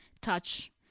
Touch